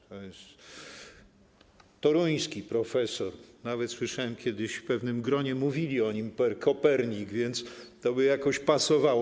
To jest toruński profesor, nawet słyszałem kiedyś w pewnym gronie, jak mówili o nim per Kopernik, więc jakoś by to pasowało.